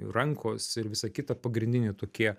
rankos ir visa kita pagrindiniai tokie